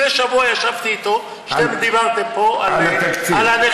לפני שבוע ישבתי איתו, כשאתם דיברתם פה, על הנכים.